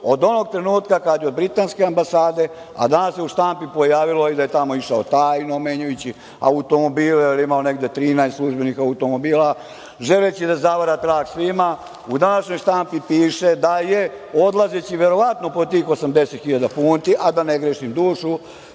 onog trenutka kada je od britanske ambasade, a danas se u štampi pojavilo i da je tamo išao tajno, menjajući automobile, jer je imao negde 13 službenih automobila, želeći da zavara trag svima, u današnjoj štampi piše da je, odlazeći verovatno po tih 80 hiljada funti, a da ne grešim dušu,